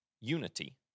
unity